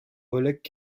relecq